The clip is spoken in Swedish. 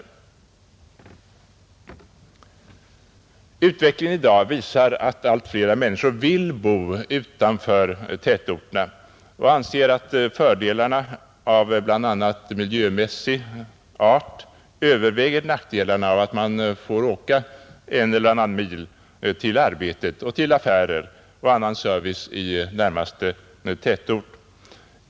Utvecklingen i dag visar att allt fler människor vill bo utanför tätorterna och anser att fördelarna av bl.a. miljömässig art överväger Nr 100 nackdelarna av att man får åka en eller annan mil till arbetet samt till affärer och övrig service i närmaste tätort.